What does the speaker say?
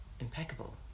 impeccable